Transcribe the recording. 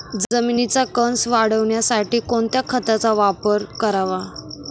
जमिनीचा कसं वाढवण्यासाठी कोणत्या खताचा वापर करावा?